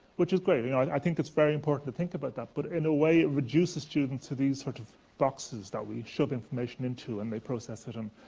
which is great, i think it's very important to think about that. but in a way, it reduces students to these sort of boxes that we shove information into, and they process it. um